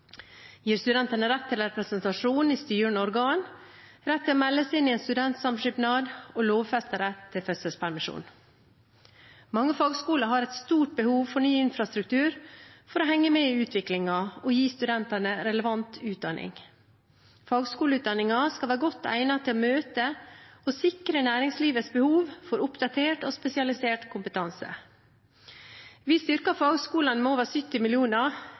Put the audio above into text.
gir studentene rett til representasjon i styrende organ, gir rett til å melde seg inn i studentsamskipnad og lovfester rett til fødselspermisjon. Mange fagskoler har et stort behov for ny infrastruktur for å henge med i utviklingen og gi studentene relevant utdanning. Fagskoleutdanningen skal være godt egnet til å møte og sikre næringslivets behov for oppdatert og spesialisert kompetanse. Vi styrker fagskolene med over 70